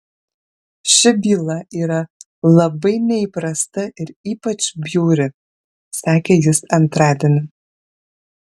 ši byla yra labai neįprasta ir ypač bjauri sakė jis antradienį